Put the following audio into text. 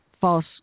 false